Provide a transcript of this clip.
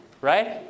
right